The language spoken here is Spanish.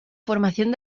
formación